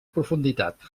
profunditat